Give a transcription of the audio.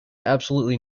absolutely